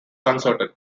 uncertain